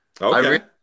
Okay